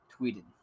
tweeted